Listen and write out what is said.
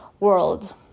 world